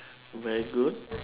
very good